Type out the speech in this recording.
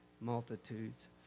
multitudes